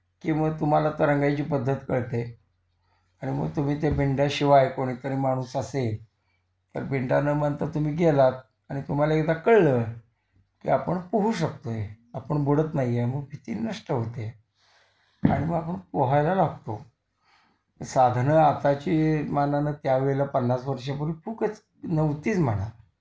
की मग तुम्हाला तरंगायची पद्धत कळते आणि मग तुम्ही त्या बिंड्याशिवाय कोणीतरी माणूस असेल तर बिंडा न बांधता तुम्ही गेलात आणि तुम्हाला एकदा कळलं की आपण पोहू शकतो आहे आपण बुडत नाही आहे मग भीती नष्ट होते आणि मग आपण पोहायला लागतो साधनं आताची मानानं त्या वेळेला पन्नास वर्षापूर्वी फूकच नव्हतीच म्हणा